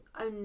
own